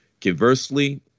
Conversely